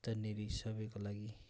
तह्नेरी सबैको लागि